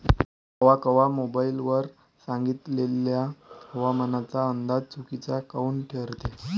कवा कवा मोबाईल वर सांगितलेला हवामानाचा अंदाज चुकीचा काऊन ठरते?